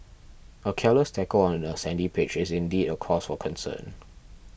a careless tackle on a sandy pitch is indeed a cause for concern